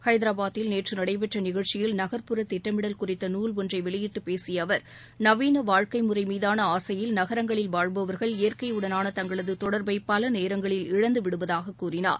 ஐதராபாதில் நேற்று நடைபெற்ற நிகழ்ச்சியில் நகர்ப்புற திட்டமிடல் குறித்த நூல் ஒன்றை வெளியிட்டு பேசிய அவர் நவீன வாழ்க்கை முறை மீதான ஆசையில் நகரங்களில் வாழ்பவர்கள் இயற்கை உடனான தங்களது தொடர்பை பல நேரங்களில் இழந்துவிடுவதாக கூறினார்